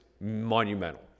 monumental